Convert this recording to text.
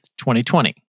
2020